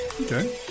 Okay